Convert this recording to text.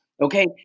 Okay